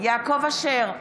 יעקב אשר,